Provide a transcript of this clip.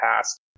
past